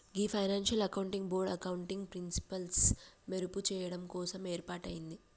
గీ financial accounting board accounting ప్రిన్సిపిల్సి మెరుగు చెయ్యడం కోసం ఏర్పాటయింది